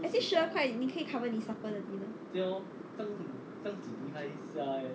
actually 十二块你可以 cover 你 supper 的 bill